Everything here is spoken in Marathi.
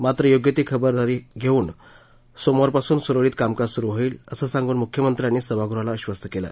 मात्र योग्य ती खबरदारी घेऊन सोमवारपासून सुरळीत कामकाज सुरू होईल असं सांगून मुख्यमंत्र्यांनी सभागृहाला आश्वस्त केलं